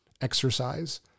exercise